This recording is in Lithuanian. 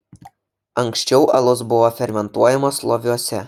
anksčiau alus buvo fermentuojamas loviuose